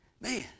Man